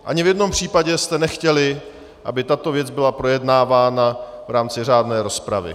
Ani v jednom případě jste nechtěli, aby tato věc byla projednávána v rámci řádné rozpravy.